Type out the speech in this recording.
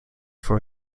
for